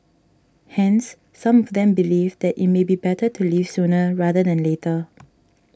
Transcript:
hence some of them believe it may be better to leave sooner rather than later